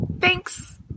Thanks